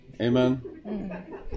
Amen